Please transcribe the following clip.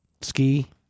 ski